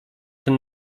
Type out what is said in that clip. ten